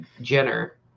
jenner